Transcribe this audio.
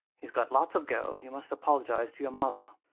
he's got lots of go, you must apologise to your mother.